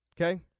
okay